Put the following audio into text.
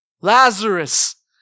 Lazarus